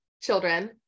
children